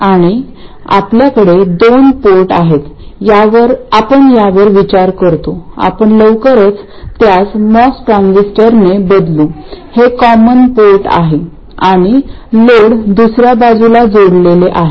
आणि आपल्याकडे दोन पोर्ट आहेत आपण यावर विचार करतो आपण लवकरच त्यास मॉस ट्रान्झिस्टरने बदलू हे कॉमन पोर्ट आहे आणि लोड दुसर्या बाजूला जोडलेले आहे